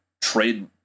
trade